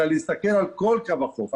אלא להסתכל על כל קו החוף,